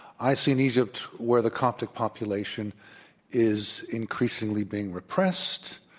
i see an egypt where the coptic population is increasingly being repressed,